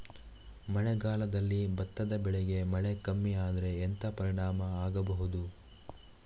ಮಳೆಗಾಲದಲ್ಲಿ ಭತ್ತದ ಬೆಳೆಗೆ ಮಳೆ ಕಮ್ಮಿ ಆದ್ರೆ ಎಂತ ಪರಿಣಾಮ ಆಗಬಹುದು?